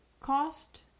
cost